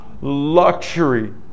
luxury